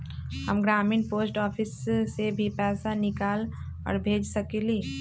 हम ग्रामीण post office से भी पैसा निकाल और भेज सकेली?